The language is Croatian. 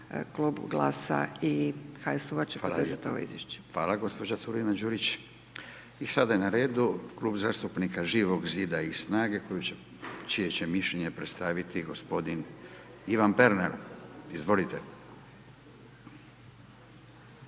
Furio (Nezavisni)** Hvala lijepa. Hvala gospođo Turina-Đurić. I sada je na radu Klub zastupnika Živog zida i SNAGA-e čije će mišljenje predstaviti gospodin Ivan Pernar. Izvolite.